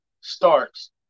starts